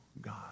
God